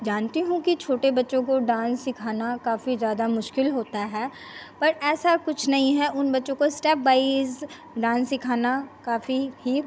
जानती हूँ कि छोटे बच्चों को डान्स सिखाना काफ़ी ज़्यादा मुश्किल होता है पर ऐसा कुछ नहीं है उन बच्चों को इस्टेप वाइज़ डान्स सिखाना काफ़ी ही